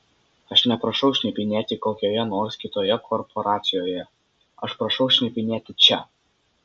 aš neprašau šnipinėti kokioje nors kitoje korporacijoje aš prašau šnipinėti čia